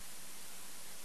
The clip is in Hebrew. כהונה.